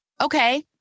okay